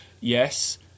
Yes